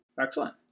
Excellent